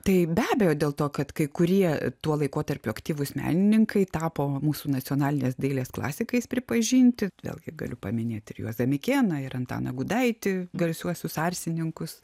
tai be abejo dėl to kad kai kurie tuo laikotarpiu aktyvūs menininkai tapo mūsų nacionalinės dailės klasikais pripažinti vėlgi galiu paminėti ir juozą mikėną ir antaną gudaitį garsiuosius arsininkus